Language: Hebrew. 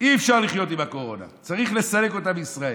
אי-אפשר לחיות עם הקורונה, צריך לסלק אותה מישראל.